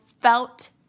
felt